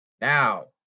Now